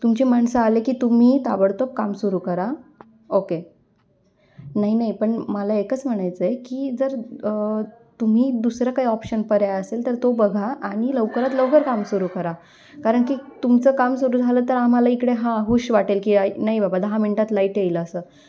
तुमची माणसं आले की तुम्ही ताबडतोब काम सुरू करा ओके नाही नाही पण मला एकच म्हणायचं आहे की जर तुम्ही दुसरा काय ऑप्शन पर्याय असेल तर तो बघा आणि लवकरात लवकर काम सुरू करा कारण की तुमचं काम सुरू झालं तर आम्हाला इकडे हां हूश वाटेल की नाही बाबा दहा मिनटात लाईट येईल असं